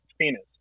penis